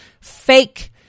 fake